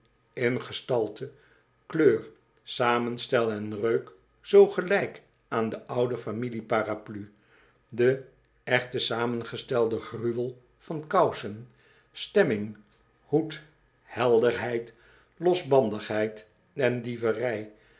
in gestalte kleur samenstel en reuk zoo gelijk aan de oude familieparaplu de echte samengestelde gruwel van kousen stemming hoed helderheid losbandigheid en dieverij